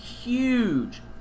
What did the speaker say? huge